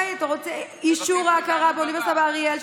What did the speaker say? אישור ההכרה באוניברסיטה באריאל,